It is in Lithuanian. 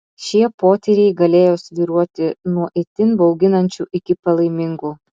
šie potyriai galėjo svyruoti nuo itin bauginančių iki palaimingų